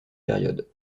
période